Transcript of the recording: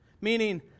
meaning